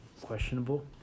questionable